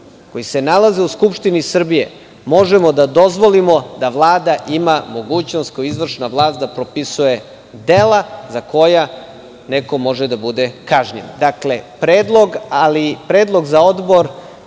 koji se nalaze u Skupštini Srbije možemo da dozvolimo da Vlada ima mogućnost kao izvršna vlast da propisuje dela za koja neko može da bude kažnjen. Dakle, predlog, ali predlog za odbor.